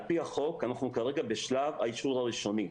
על פי החוק אנחנו כרגע בשלב האישור הראשוני.